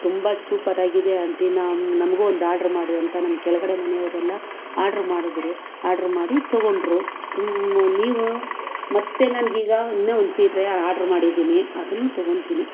ತುಂಬಾ ಸೂಪರಾಗಿದೆ ಆಂಟಿ ನಮ್ಮ ನಮಗೂ ಒಂದು ಆರ್ಡ್ರ್ ಮಾಡಿ ಅಂತ ನಮ್ಮ ಕೆಳಗಡೆ ಮನೆಯವರೆಲ್ಲ ಆರ್ಡ್ರ್ ಮಾಡಿದ್ರು ಆರ್ಡ್ರ್ ಮಾಡಿ ತೊಗೊಂಡ್ರು ನೀವು ಮತ್ತೆ ನನಗೀಗ ಇನ್ನು ಒಂದು ಸೀರೆ ಆರ್ಡ್ರ್ ಮಾಡಿದ್ದೀನಿ ಅದನ್ನು ತೊಗೊಳ್ತೀನಿ